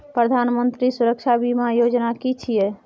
प्रधानमंत्री सुरक्षा बीमा योजना कि छिए?